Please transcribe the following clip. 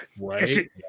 Right